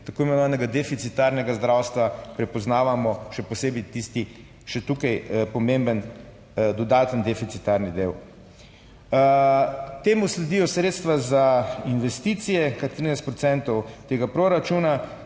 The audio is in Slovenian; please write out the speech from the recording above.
tako imenovanega deficitarnega zdravstva prepoznavamo, še posebej tisti, še tukaj pomemben dodaten deficitarni del. Temu sledijo sredstva za investicije, kar 13 procentov tega proračuna.